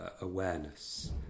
awareness